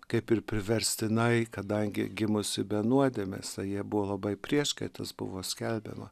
kaip ir priverstinai kadangi gimusi be nuodėmės tai jie buvo labai prieš kai tas buvo skelbiama